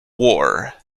war